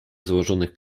złożonych